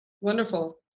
Wonderful